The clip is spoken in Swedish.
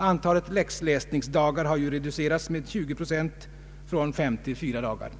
Antalet läxläsningsdagar har ju reducerats med 20 procent, från fem till fyra dagar.